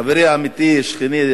חברי האמיתי, שכני,